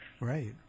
Right